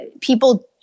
people